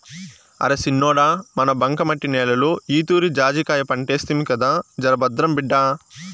అరే సిన్నోడా మన బంకమట్టి నేలలో ఈతూరి జాజికాయ పంటేస్తిమి కదా జరభద్రం బిడ్డా